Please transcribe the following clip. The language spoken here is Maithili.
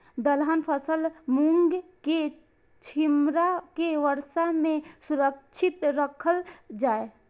दलहन फसल मूँग के छिमरा के वर्षा में सुरक्षित राखल जाय?